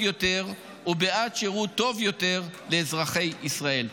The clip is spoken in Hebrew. יותר ובעד שירות טוב יותר לאזרחי ישראל.